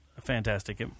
fantastic